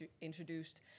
introduced